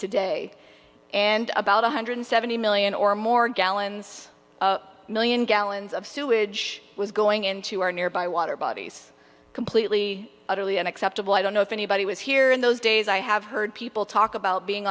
today and about one hundred seventy million or more gallons million gallons of sewage was going into our nearby water bodies completely utterly unacceptable i don't know if anybody was here in those days i have heard people talk about being